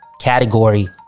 category